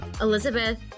Elizabeth